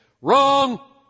wrong